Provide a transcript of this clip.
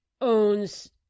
owns